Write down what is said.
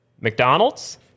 McDonald's